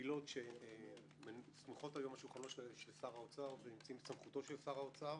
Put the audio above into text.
עילות שסמוכות היום על שולחנו של שר האוצר ונמצאות בסמכותו של שר האוצר,